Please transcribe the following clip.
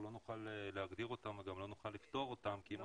נוכל להגדיר אותם וגם לא נוכל לפתור אותם כי אם